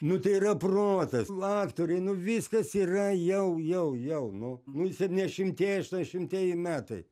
nu tai yra protas l aktoriai nu viskas yra jau jau jau nu nu i septyniašimtieji aštuoniašimtieji metai